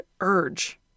urge